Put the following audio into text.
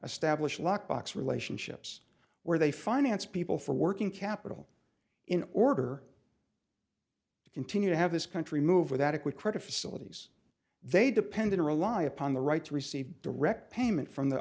a stablish lockbox relationships where they finance people for working capital in order to continue to have this country move with adequate credit facilities they depend and rely upon the right to receive direct payment from the